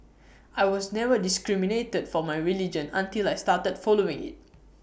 I was never discriminated for my religion until I started following IT